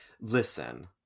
Listen